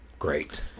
great